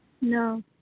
No